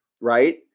right